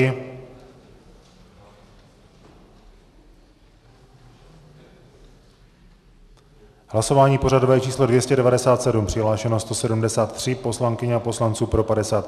V hlasování pořadové číslo 297 přihlášeno 173 poslankyň a poslanců, pro 55 .